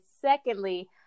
secondly